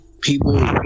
people